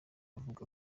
avuga